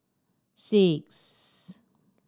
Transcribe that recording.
six